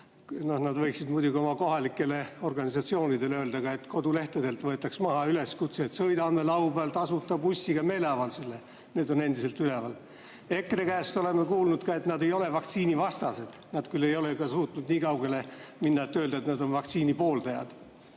Nad võiksid muidugi oma kohalikele organisatsioonidele öelda, et kodulehtedelt võetaks maha üleskutse, et sõidame laupäeval tasuta bussiga meeleavaldusele. Need on endiselt üleval. EKRE käest oleme kuulnud, et nad ei ole vaktsiinivastased. Nad küll ei ole suutnud nii kaugele minna, et öelda, et nad on vaktsiinipooldajad.